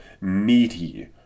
meaty